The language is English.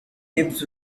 tips